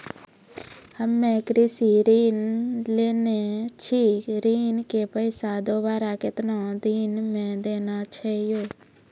हम्मे कृषि ऋण लेने छी ऋण के पैसा दोबारा कितना दिन मे देना छै यो?